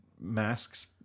masks